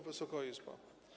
Wysoka Izbo!